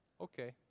Okay